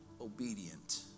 obedient